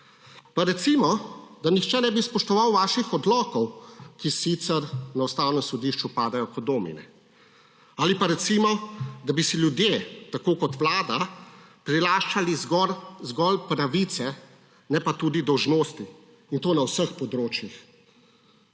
pa recimo, da nihče ne bi spoštoval vaših odlokov, ki sicer na Ustavnem sodišču padejo kot domine ali pa recimo, da bi si ljudje tako kot Vlada prilaščali zgolj pravice, ne pa tudi dolžnosti in to na vseh področjih.